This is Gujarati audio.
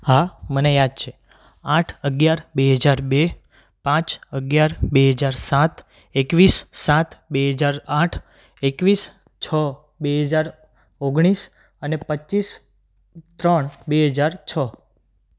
હા મને યાદ છે આઠ અગિયાર બે હજાર બે પાંચ અગિયાર બે હજાર સાત એકવીસ સાત બે હજાર આઠ એકવીસ છ બે હજાર ઓગણીસ અને પચીસ ત્રણ બે હજાર છ